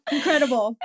Incredible